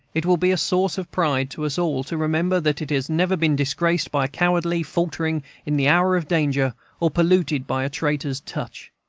it will be a source of pride to us all to remember that it has never been disgraced by a cowardly faltering in the hour of danger or polluted by a traitor's touch.